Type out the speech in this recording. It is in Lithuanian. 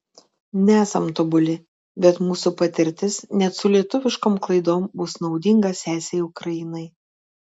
nesam tobuli bet mūsų patirtis net su lietuviškom klaidom bus naudinga sesei ukrainai